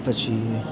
પછી